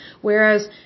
Whereas